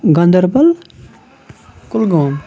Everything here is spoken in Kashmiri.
گاندربل کُلگوم